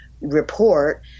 report